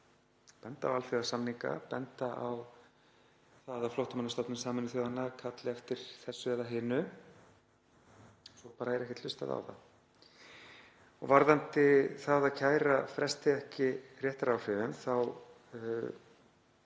benda á alþjóðasamninga, benda á það að Flóttamannastofnun Sameinuðu þjóðanna kalli eftir þessu eða hinu en svo er bara ekkert hlustað á það. Varðandi það að kæra fresti ekki réttaráhrifum þá